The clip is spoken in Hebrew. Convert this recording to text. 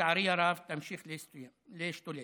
ולצערי הרב תמשיך להשתולל.